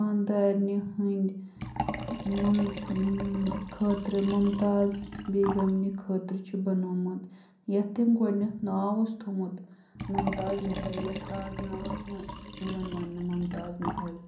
خانٛدارنہِ ہٕنٛدۍ خٲطرٕ ممتاز بیگم نہِ خٲطرٕ چھُ بَنومُت یَتھ تٔمۍ گۄڈٕنیٚتھ ناو اوس تھومُت ممتاز محل یَتھ آز ناو چھِ یِوان وَننہٕ ممتاز محل